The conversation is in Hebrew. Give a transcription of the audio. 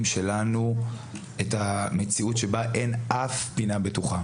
שלנו את המציאות שאין אף פינה בטוחה.